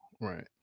Right